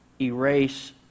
erase